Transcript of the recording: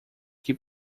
que